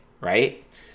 right